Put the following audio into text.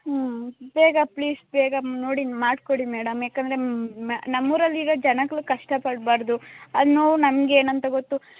ಹ್ಞೂ ಬೇಗ ಪ್ಲೀಸ್ ಬೇಗ ನೋಡಿ ಮಾಡಿಕೊಡಿ ಮೇಡಮ್ ಯಾಕಂದರೆ ನಮ್ಮ ಊರಲ್ಲಿ ಈಗ ಜನಗಳು ಕಷ್ಟ ಪಡಬಾರ್ದು ಆ ನೋವು ನಮ್ಗೆ ಏನಂತ ಗೊತ್ತು